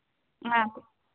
మాకు